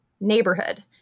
neighborhood